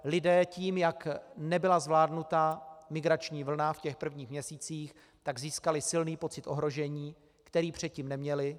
Lidé tím, jak nebyla zvládnuta migrační vlna v těch prvních měsících, získali silný pocit ohrožení, který předtím neměli.